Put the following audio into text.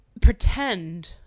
pretend